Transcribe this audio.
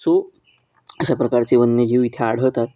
so अशा प्रकारचे वन्यजीव इथे आढळतात